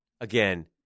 again